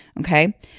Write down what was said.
Okay